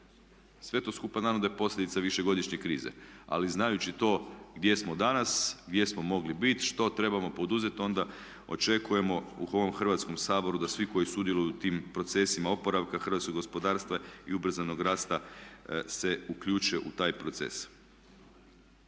Sve to skupa naravno da je posljedica višegodišnje krize. Ali znajući to gdje smo danas, gdje smo mogli biti i što trebamo poduzeti onda očekujemo u ovom Hrvatskom saboru da svi koji sudjeluju u tim procesima oporavka hrvatskog gospodarstva i ubrzanog rasta se uključe u taj proces.